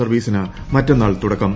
സർവീസിന് മറ്റന്നാൾ തുടക്കം